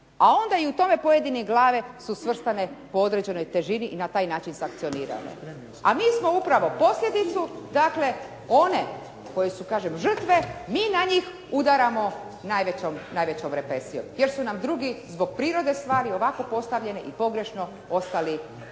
A onda i u tome pojedine glave su svrstane po određenoj težini i na taj način sankcionirane. A mi smo upravo posljedicu, dakle one koji su kažem žrtve mi na njih udaramo najvećom represijom jer su nam drugi zbog prirode stvari ovako postavljene i pogrešno ostali